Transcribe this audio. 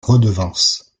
redevance